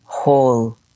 whole